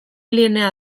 linea